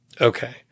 Okay